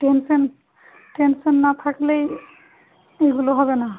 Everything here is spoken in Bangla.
টেনশন টেনশন না থাকলেই এগুলো হবে না